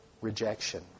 rejection